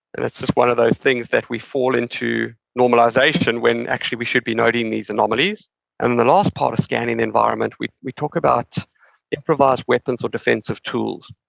and it's just one of those things that we fall into normalization when actually, we should be noting these anomalies then, and the last part of scanning environment, we we talk about improvised weapons or defensive tools.